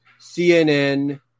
CNN